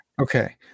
Okay